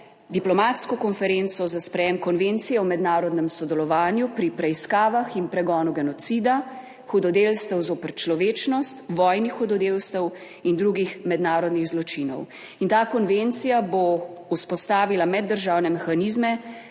diplomatsko konferenco za sprejem konvencije o mednarodnem sodelovanju pri preiskavah in pregonu genocida, hudodelstev zoper človečnost, vojnih hudodelstev in drugih mednarodnih zločinov. In ta konvencija bo vzpostavila meddržavne mehanizme